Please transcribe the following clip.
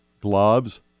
gloves